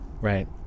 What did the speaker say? right